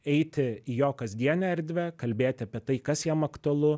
eiti į jo kasdienę erdvę kalbėt apie tai kas jam aktualu